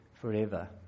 forever